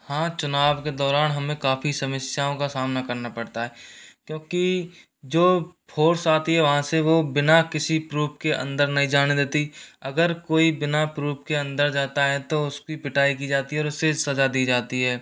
हाँ चुनाव के दौरान हमें काफ़ी समस्याओं का सामना करना पड़ता है क्योंकि जो फोर्स आती है वहाँ से वो बिना किसी प्रूप के अंदर नहीं जाने देती अगर कोई बिना प्रूप के अंदर जाता है तो उसकी पिटाई की जाती है और उसे सजा दी जाती है